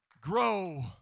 Grow